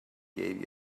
gave